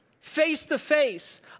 face-to-face